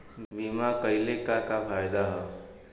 बीमा कइले का का फायदा ह?